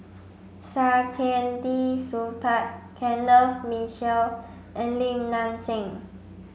Saktiandi Supaat Kenneth Mitchell and Lim Nang Seng